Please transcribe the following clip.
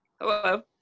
hello